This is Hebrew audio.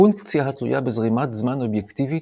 פונקציה התלויה בזרימת זמן אובייקטיבית,